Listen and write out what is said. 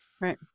Right